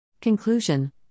Conclusion